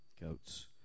Goats